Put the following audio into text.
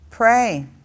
Pray